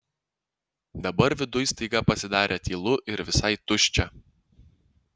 dabar viduj staiga pasidarė tylu ir visai tuščia